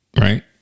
right